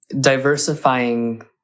diversifying